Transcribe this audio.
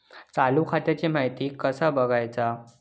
चालू खात्याची माहिती कसा बगायचा?